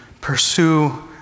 pursue